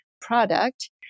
product